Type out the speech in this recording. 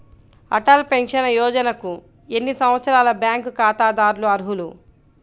Atal pension యోజనకు ఎన్ని సంవత్సరాల బ్యాంక్ ఖాతాదారులు అర్హులు?